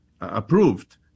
approved